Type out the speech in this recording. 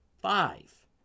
five